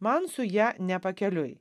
man su ja ne pakeliui